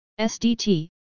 SDT